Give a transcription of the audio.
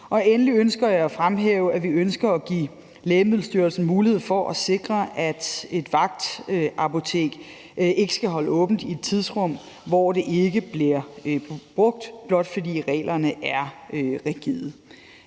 Endelig vil jeg fremhæve, at vi ønsker at give Lægemiddelstyrelsen mulighed for at sikre, at et vagtapotek ikke skal holde åbent i tidsrum, hvor det ikke bliver brugt, blot fordi reglerne er rigide.